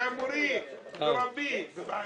אתה מורי, רבי.